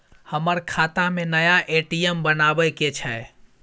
हमर खाता में नया ए.टी.एम बनाबै के छै?